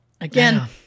Again